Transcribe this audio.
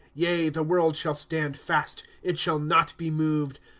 yea, the world shall stand fast, it shall not be moved.